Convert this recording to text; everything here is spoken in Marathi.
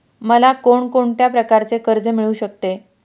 मला कोण कोणत्या प्रकारचे कर्ज मिळू शकते?